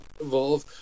evolve